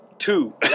Two